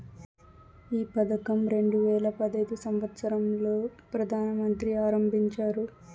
ఈ పథకం రెండు వేల పడైదు సంవచ్చరం లో ప్రధాన మంత్రి ఆరంభించారు